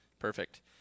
Perfect